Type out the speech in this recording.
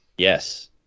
Yes